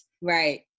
Right